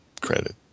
credit